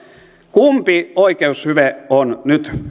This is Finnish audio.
kumpi oikeushyve on nyt